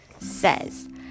says